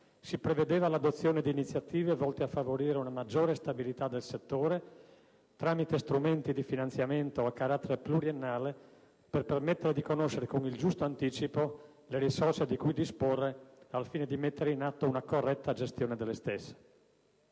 si prevedeva l'adozione di iniziative volte a favorire una maggiore stabilità del settore tramite strumenti di finanziamento a carattere pluriennale per permettere di conoscere con il giusto anticipo le risorse di cui disporre al fine di mettere in atto una corretta gestione delle stesse.